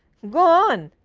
go on,